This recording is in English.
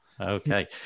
Okay